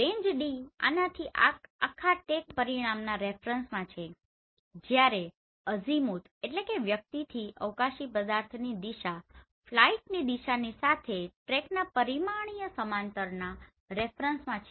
range D આનાથી આખા track પરિમાણના રેફરન્સમાં છે જ્યારે અઝિમુથazimuth વ્યક્તિથી અવકાશી પદાર્થો ની દિશા ફ્લાઇટની દિશાની સાથે સાથે ટ્રેકના પરિમાણીય સમાંતરના રેફરન્સમાં છે